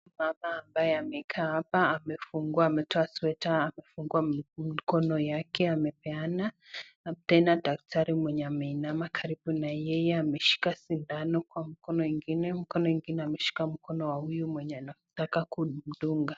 Mama ambaye amekaa hapa amefungua ametoka sweater,(cs), amefungua mikono yake amepeana , tena dakitari mwenye ameinama karibu na yeye ameshika shindano kwa mkono ingine, mkono ingine ameshika mkono wa huyu mwenye anataka kumdunga.